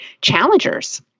challengers